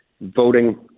voting